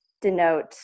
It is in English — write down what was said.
denote